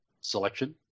selection